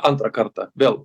antrą kartą vėl